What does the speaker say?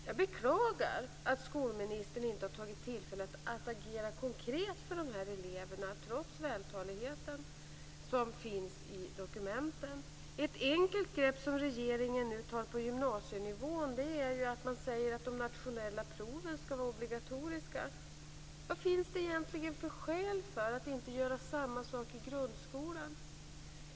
Jag beklagar att skolministern inte har tagit tillfället att agera konkret för de här eleverna, trots vältaligheten som finns i dokumenten. Ett enkelt grepp som regeringen nu tar på gymnasienivån är att säga att de nationella proven skall vara obligatoriska. Vad finns det egentligen för skäl för att inte göra samma sak i grundskolan?